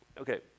okay